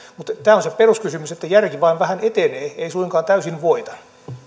mutta tämä on se peruskysymys järki vain vähän etenee ei suinkaan täysin voita